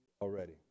already